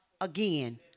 again